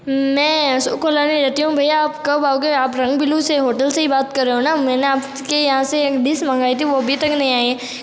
मैं अशोक कॉलोनी रहती हूँ भैया आप कब आओगे आप रंग ब्लू से होटल से ही बात कर रहे हो न मैं ना आपके यहाँ से एक डिश मंगाई थी वह अभी तक नहीं आई